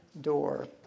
door